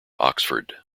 oxford